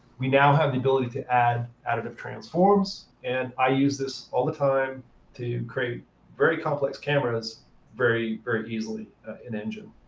we now have the ability to add additive transforms. and i use this all the time to create very complex cameras very, very easily in engine.